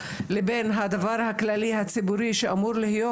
לבין הדבר הכללי הציבורי שאמור להיות,